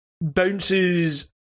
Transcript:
bounces